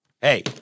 Hey